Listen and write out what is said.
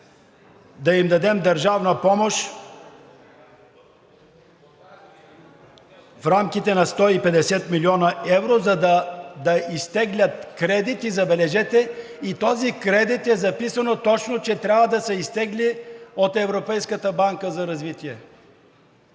да им дадем държавна помощ в рамките на 150 млн. евро, за да изтеглят кредит, и забележете, за този кредит е записано точно, че трябва да се изтегли от Европейската банка за развитие,